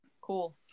cool